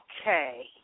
Okay